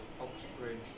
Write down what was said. Oxbridge